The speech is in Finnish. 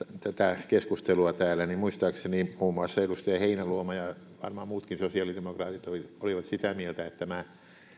tätä keskustelua täällä niin muistaakseni muun muassa edustaja heinäluoma ja varmaan muutkin sosiaalidemokraatit olivat sitä mieltä että tämä